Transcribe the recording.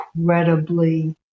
incredibly